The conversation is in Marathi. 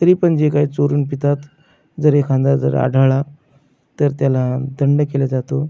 तरीपन जे काय चोरून पितात जर एखांदा जर आढळला तर त्याला दंड केल्या जातो